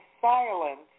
silence